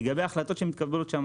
לגבי ההחלטות שמתקבלות שם